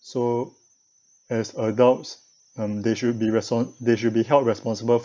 so as adults um they should be respon~ they should be held responsible